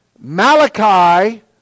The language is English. Malachi